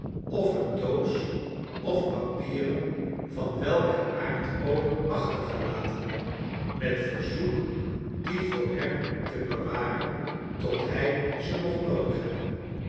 of een doos of papieren van welken aard ook achtergelaten met verzoek die voor hem te bewaren tot hij ze mocht noodig hebben